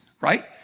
right